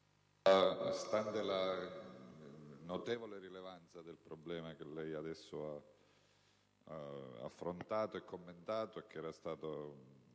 Stante la notevole rilevanza del problema che lei adesso ha affrontato e commentato, e che era stato